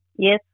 Yes